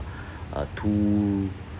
a two